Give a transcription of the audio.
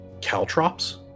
caltrops